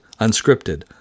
unscripted